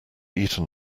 eaten